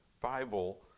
Bible